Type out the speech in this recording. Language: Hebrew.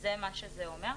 זה מה שזה אומר.